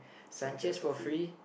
Sanchez for free